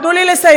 תנו לי לסיים.